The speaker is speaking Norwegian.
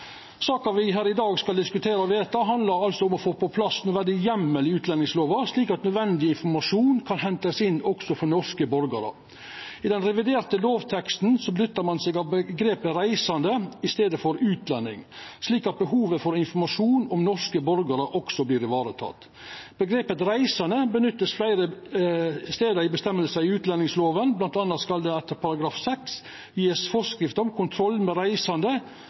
saka me her i dag skal diskutera og vedta, handlar altså om å få på plass ein nødvendig heimel i utlendingslova for at nødvendig informasjon kan hentast inn også for norske borgarar. I den reviderte lovteksten nyttar ein omgrepet «reisende» i staden for «utlending», slik at behovet for informasjon om norske borgarar også vert teke vare på. Omgrepet «reisende» vert nytta fleire stader i føresegner i utlendingslova, bl.a. skal det etter § 6 gjevast forskrift «om kontroll med